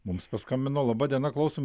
mums paskambino laba diena klausom